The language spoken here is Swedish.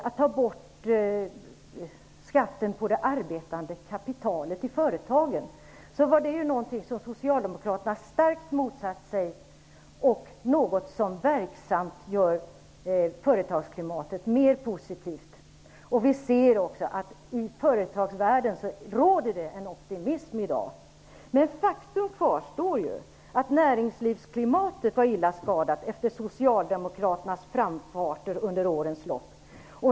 Att ta bort skatten på det arbetande kapitalet i företagen, som är verksamt för att göra företagsklimatet mer positivt, var något som Socialdemokraterna starkt motsatte sig. Vi ser att det i företagsvärlden råder en optimism i dag. Men faktum kvarstår att näringslivsklimatet var illa skadat efter Socialdemokraternas framfart under årens lopp.